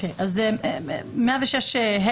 106ה,